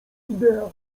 idea